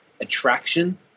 attraction